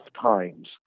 times